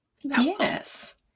Yes